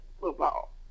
football